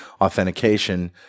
authentication